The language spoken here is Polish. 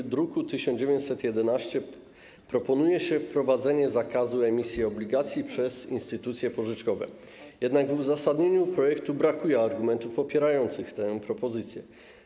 W druku nr 1911 proponuje się wprowadzenie zakazu emisji obligacji przez instytucje pożyczkowe, jednak w uzasadnieniu projektu brakuje argumentów za tą propozycją.